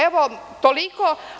Evo, toliko.